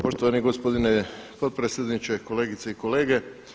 Poštovani gospodine podpredsjedniče, kolegice i kolege.